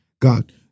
God